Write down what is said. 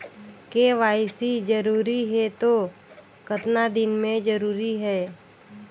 KYC जरूरी हे तो कतना दिन मे जरूरी है?